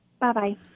Bye-bye